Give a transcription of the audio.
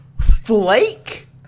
Flake